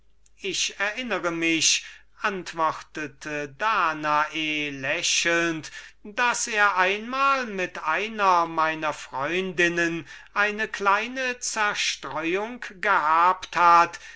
ich erinnere mich antwortete danae lächelnd daß er einmal mit einer meiner freundinnen eine kleine zerstreuung gehabt hat